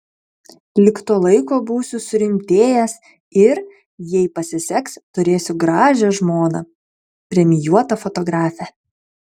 lig to laiko būsiu surimtėjęs ir jei pasiseks turėsiu gražią žmoną premijuotą fotografę